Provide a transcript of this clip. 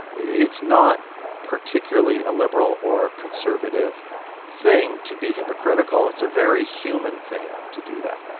it's not particularly a liberal or conservative thing to be hypocritical. it's a very human thing to do that.